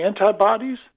antibodies